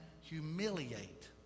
humiliate